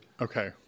Okay